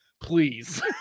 Please